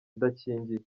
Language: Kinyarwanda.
idakingiye